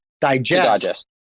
digest